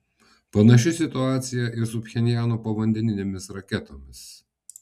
panaši situacija ir su pchenjano povandeninėmis raketomis